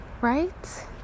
Right